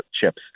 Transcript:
chips